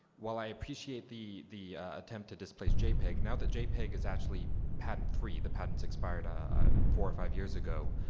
while i appreciate the the attempt to displace jpeg, now that jpeg is actually patent-free the patents expired ah four or five years ago